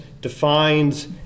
defines